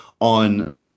on